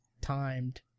timed